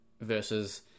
versus